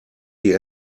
die